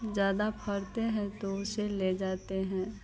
ज़्यादा फलते हैं तो उसे ले जाते हैं